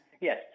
Yes